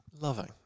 loving